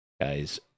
Guys